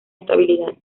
estabilidad